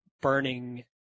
burning